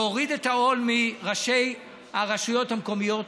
להוריד את העול מראשי הרשויות המקומיות,